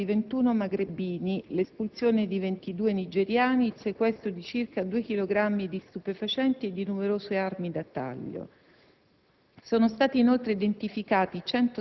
L'operazione ha consentito l'arresto di 21 maghrebini, l'espulsione di 22 nigeriani, il sequestro di circa due chilogrammi di stupefacenti e di numerose armi da taglio.